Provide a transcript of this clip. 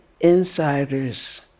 insiders